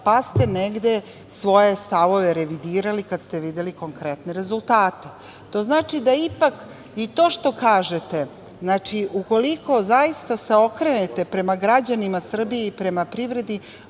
pa ste negde svoje stavove revidirali kada ste videli konkretne rezultate. To znači da ipak i to što kažete, znači, ukoliko zaista se okrenete prema građanima Srbije i prema privredi,